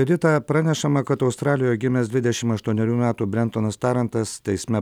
rita pranešama kad australijoje gimęs dvidešim aštuonerių metų brentonas tarantas teisme